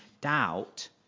doubt